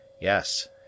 Yes